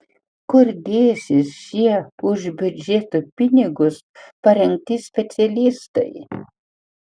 kur dėsis šie už biudžeto pinigus parengti specialistai